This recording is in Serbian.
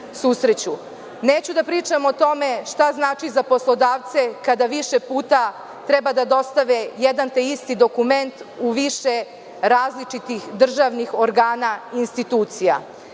Neću da pričam o tome šta znači za poslodavce kada više puta treba da dostave jedan te isti dokument u više različitih državnih organa i institucija.